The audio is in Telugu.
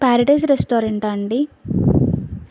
ప్యారడైస్ రెస్టారెంటా అండి